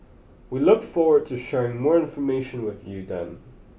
we look forward to sharing more information with you then